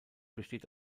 besteht